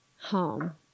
home